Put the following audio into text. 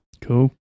cool